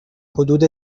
حدود